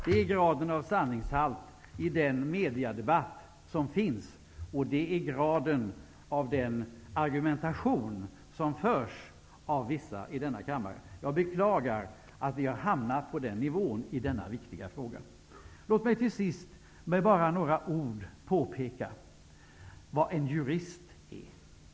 Det är graden av sanningshalt i den mediadebatt som förekommer, och det är nivån på den argumentation som förs av vissa ledamöter i denna kammare. Jag beklagar att vi har hamnat på den nivån i denna viktiga fråga. Låt mig till sist med bara några ord påpeka vad en jurist är.